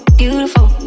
beautiful